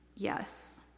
Yes